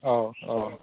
औ औ